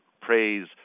praise